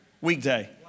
weekday